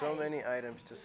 so many items to